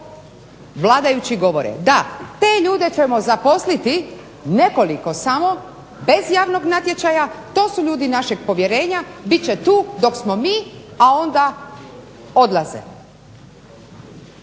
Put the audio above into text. vladajući govore. Da, te ljude ćemo zaposliti nekoliko samo, bez javnog natječaj, to su ljudi našeg povjerenja, bit će tu dok smo mi a onda odlaze.